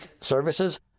services